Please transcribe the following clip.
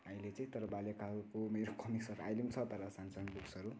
अहिले चाहिँ तर बाल्यकालको मेरो कमिक्सहरू अहिले पनि छ तर सानो सानो बुक्सहरू